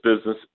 business